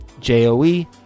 J-O-E